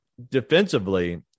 defensively